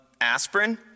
aspirin